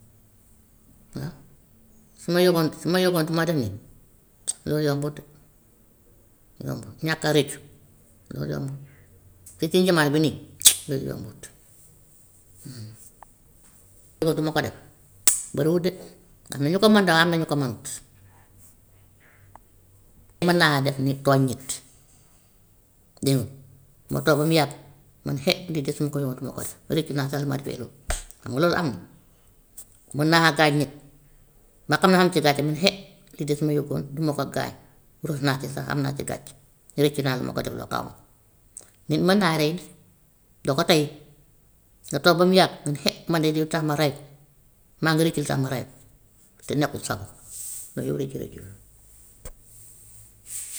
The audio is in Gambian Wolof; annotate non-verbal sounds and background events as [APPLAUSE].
waa su ma yëgoon su ma yëgoon du ma def nii loolu yombut de, yombut, ñàkk a rëccu loolu yombut ci ci jamano bi nii [NOISE] loolu yombut. Loolu du ma ko def [NOISE] bariwut de, am na ñu ko mën de waaye am na ñu ko mënut. Mën naa def nit tooñ nit dégg nga ma toog ba mu yàgg ma ne he lii de su ma ko yëgoon du ma ko def rëccu naa sax li ma defee lii xam nga loolu am na. Mun naa gaañ nit, ma xam ne amu ci gàcce ma ne he kii de su ma yëgoon du ma ko gaañ rus naa ci sax am naa ci gàcce, rëccu naa li ma ko defloo kaw ma ko. Nit mën naa rey doo ko tey nga toog ba mu yàgg ne he man de li tax ma rey ko maa ngi rëccu li tax ma rey ko te nekkut sago loolu rëccu-rëccu la.